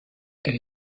elle